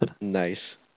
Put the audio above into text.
Nice